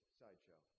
sideshow